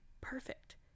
perfect